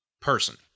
person